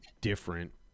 different